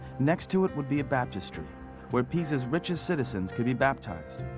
next to it would be a baptistery where pisa's richest citizens could be baptized.